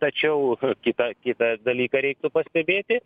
tačiau kitą kitą dalyką reiktų pastebėti